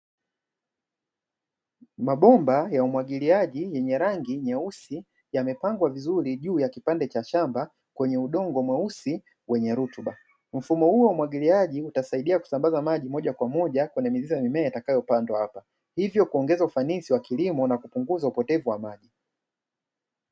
Mabomba ya umwagiliaji yenye rangi nyeusi, yamepangwa vizuri juu ya kipande cha shamba kwenye udongo mweusi wenye rutuba ,mfumo huo wa umwagiliaji utasaidia kusambaza maji moja kwa moja kwenye mizizi na mimea itakayo pandwa hapo. Hivyo kuongeza ufanisi wa kilimo na kupunguza upotevu wa maji.